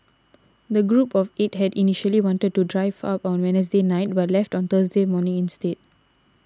the group of eight had initially wanted to drive up on Wednesday night but left on Thursday morning instead